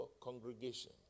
congregation